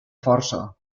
força